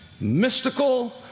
mystical